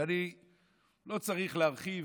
ואני לא צריך להרחיב.